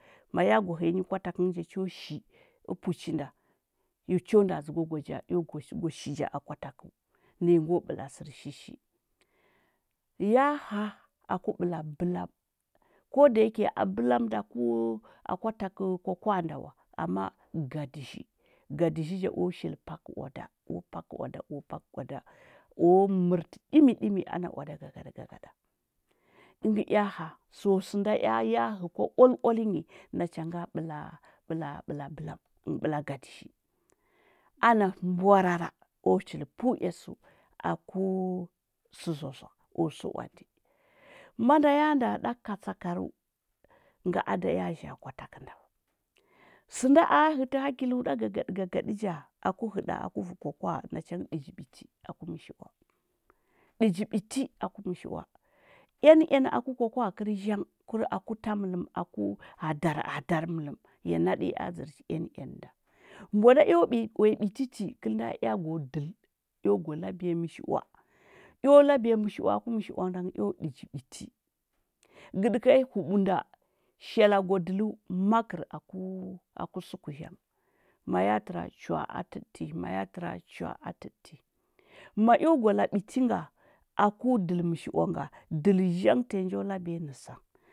Maya gwa hɚyanyi kwa takɚ ngɚ ja cho shi upuchi nda ya cho nda dzɚgwa gwaja ja, ea nda dzɚgwa shi ja akwatakɚu naya ngo ɓɚla sɚr shishi yà ha aku ɓɚla bɚlam, koda yake a bɚlam kodaya ke akwatakɚ kwakwa’a nda wa, ama gadizhi gadizhi ja o shili pakɚu oada o pakɚ oada, o pakɚ oada o mɚrtɚ ɗimi ɗimi ana oada gagaɗɚ gagaɗa ɚngɚ ea ha so sɚnda ea ya hɚ kwa ual-ualnyi nacha nga ɓɚla ɓɚla ɓɚla bɚla ɓɚla gadizhi ana mborara o shili pɚu ea sɚu aku sɚ zoa zoa o sɚwan di manda ya nda ɗa katsakarɚu, ngɚ ada ya zha gwa takɚ nda wa sɚnda a hɚti hakilu ɗa gagaɗɚ gagaɗɚ ja, aku hɚ ɗa aku vu kwakwa’a, nachangɚ ɗiji ɓiti aku mɚshi’ua dÿi ɓiti aku mɚshi’ua nn aku kwakwa’a kɚr zhang kul ake ta mɚlɚm aku gadai ghadar mɚlɚm ya naɗɚ ea adzɚr nn nda mbwanda eoo uya ɓiti ti kɚlnda ea go dɚl, eo gwa labiya mɚshi ua, eo labiya mɚshi’ua aku mɚshi’ua nda ngɚ eo ɗiji biti gɚɗɚka yo hubunda shala gwadɚlɚu makɚrɚu aka aka suki zhang maya tɚra chwaa a tɚɗɚti, maya tɚra chwa’a a tɚɗɚti maya tɚra chwa’a a tɚɗɚti ma eo gwa la ɓti nga, aku dɚl mɚshi’ua nga, dɚl zhang tanyi njo labiya nɚ sa.